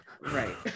Right